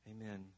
Amen